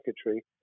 secretary